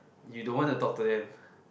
you don't want to talk to them